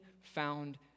found